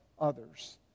others